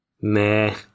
Meh